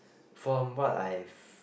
from what I've